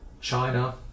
China